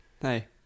Hey